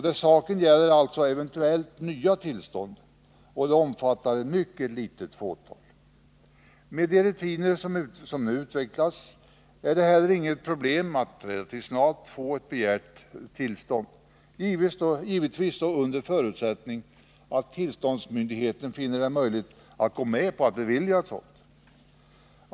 Det saken gäller är alltså eventuella nya tillstånd, och det rör sig om ett mycket litet fåtal. Med de rutiner som nu utvecklats är det heller inga problem att snabbt få ett begärt tillstånd, givetvis då under förutsättning att tillståndsmyndigheten finner det möjligt gå med på att bevilja ett sådant.